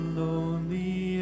lonely